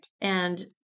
And-